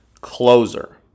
closer